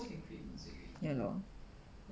ya lor